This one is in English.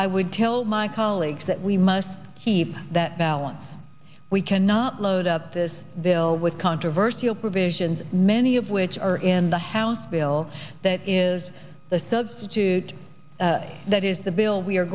i would tell my colleagues that we must keep that balance we cannot load up this bill with controversy over provisions many of which are in the house bill that is the substitute that is the bill we are